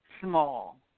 small